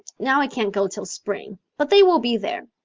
now i can't go till spring, but they will be there,